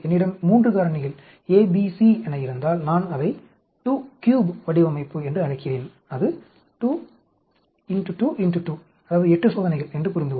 என்னிடம் 3 காரணிகள் A B C என இருந்தால் நான் அதை 23 வடிவமைப்பு என்று அழைக்கிறேன் அது 222 8 சோதனைகள் என்று புரிந்து கொள்ளுங்கள்